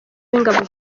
w’ingabo